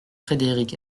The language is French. frédéric